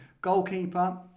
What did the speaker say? Goalkeeper